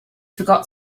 forgot